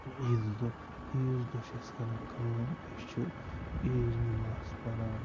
عیٖذ دۄہ عیٖذ دۄہ چھِ أسۍ کَران کٲم أسۍ چھِ عیٖذ نٮ۪ماز پَران